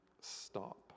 stop